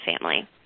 family